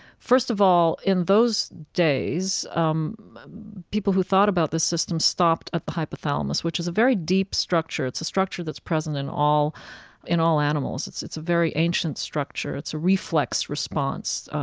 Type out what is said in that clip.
first of all, in those days, um people who thought about this system stopped at the hypothalamus, which is a very deep structure. it's a structure that's present in all in all animals. it's it's a very ancient structure. it's a reflex response,